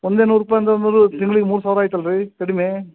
ಒಂದೇ ನೂರು ರೂಪಾಯಿ ಅಂತಂದರೂ ತಿಂಗ್ಳಿಗೆ ಮೂರು ಸಾವಿರ ಆಯ್ತಲ್ಲ ರೀ ಕಡಿಮೆ